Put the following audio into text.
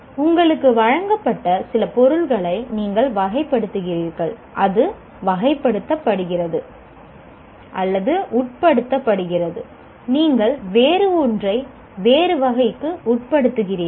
உங்களுக்கு வழங்கப்பட்ட சில பொருள்களை நீங்கள் வகைப்படுத்துகிறீர்கள் அது வகைப்படுத்துகிறது அல்லது உட்படுத்துகிறது நீங்கள் வேறு ஒன்றை வேறு வகைக்கு உட்படுத்துகிறீர்கள்